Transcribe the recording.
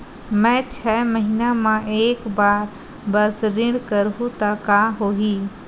मैं छै महीना म एक बार बस ऋण करहु त का होही?